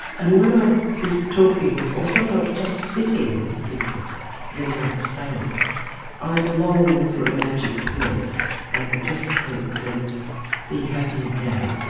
and when i'd be talking with, or sometimes just sitting with people in that state i'd long for a magic pill they could just take and be happy again.